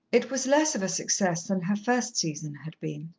it was less of a success than her first season had been.